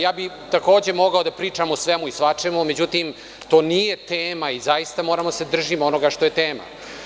Ja bih takođe mogao da pričam o svemu i svačemu, međutim to nije tema i zaista moramo da se držimo onoga što je tema.